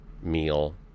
meal